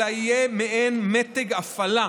אלא יהיה מעין מתג הפעלה,